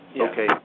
okay